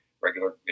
regular